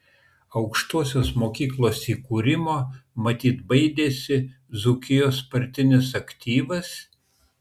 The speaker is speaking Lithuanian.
aukštosios mokyklos įkūrimo matyt baidėsi dzūkijos partinis aktyvas